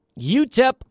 UTEP